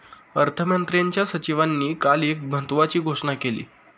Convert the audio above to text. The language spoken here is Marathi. अर्थमंत्र्यांच्या सचिवांनी काल एक महत्त्वाची घोषणा केली